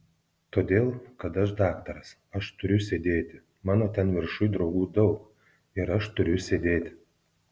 todėl kad aš daktaras aš turiu sėdėti mano ten viršuj draugų daug ir aš turiu sėdėti